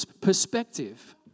perspective